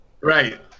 Right